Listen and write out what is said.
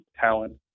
talent